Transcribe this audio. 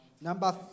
Number